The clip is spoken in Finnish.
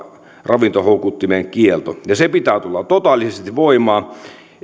ravintohoukuttimien kielto ja sen pitää tulla totaalisesti voimaan